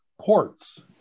ports